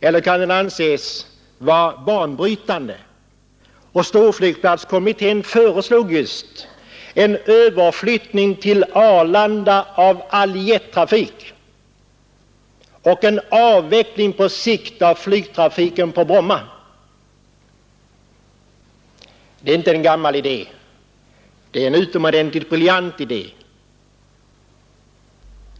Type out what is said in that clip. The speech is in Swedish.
eller kan den anses vara banbrytande? Storflygplatskommittén föreslog just en överflyttning till Arlanda av all jettrafik och en avveckling på sikt av flygtrafiken på Bromma. Det är inte en gammal idé det är en utomordentligt briljant idé.